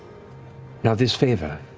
now, this favor,